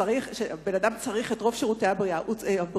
שהאדם צריך את רוב שירותי הבריאות,